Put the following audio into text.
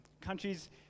countries